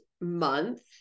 month